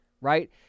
right